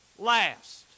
last